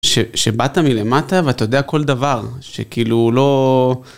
שבאת מלמטה ואתה יודע כל דבר, שכאילו לא...